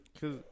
Cause